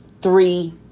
three